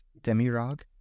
Demirag